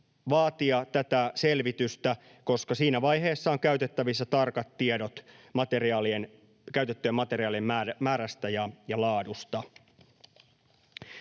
vaatia tätä selvitystä, koska siinä vaiheessa on käytettävissä tarkat tiedot käytettyjen materiaalien määrästä ja laadusta.